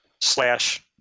slash